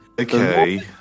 okay